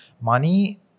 money